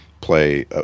play